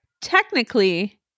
technically